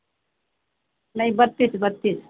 نہیں بتیس بتیس